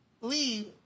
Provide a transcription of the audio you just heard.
Leave